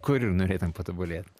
kur norėtum patobulėt